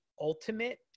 ultimate